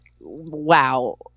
wow